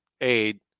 aid